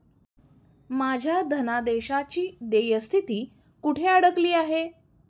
माझ्या धनादेशाची देय स्थिती कुठे अडकली आहे?